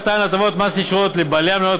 מתן הטבת מס ישירות לבעלי המניות,